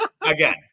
again